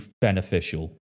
beneficial